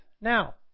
Now